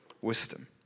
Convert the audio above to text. wisdom